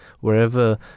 Wherever